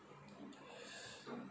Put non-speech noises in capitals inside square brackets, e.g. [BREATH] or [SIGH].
[BREATH]